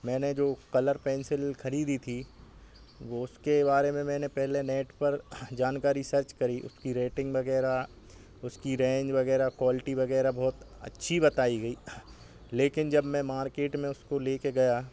मैंने जो colour pencil ख़रीदी थी वह उसके बारे में मैंने पहले नेट पर जानकारी सर्च करी उसकी रेटिंग वग़ैरह उसकी रेंज वग़ैरह क्वाल्टी वग़ैरह बहुत अच्छी बताई गई लेकिन जब मैं मार्केट में उसको लेकर गया